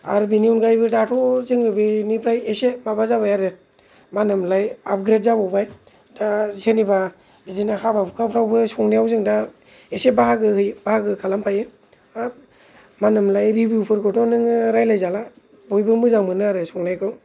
आरो बेनि अनगायैबो दा' जोंनि बेनिफ्राय एसे माबा जाबाय आरो मा होनो मोनलाय आपग्रेड जाबावबाय दा जेनेबा बिदिनो हाबा हुखाफ्रावबो संनायाव जों दा एसे बाहागो हो बाहागो खालामफायो आह मा होनो मोनलाय रिभिवफोरखौथ' नोङो रायलायजाला बयबो मोजां मोनो आरो संनायखौ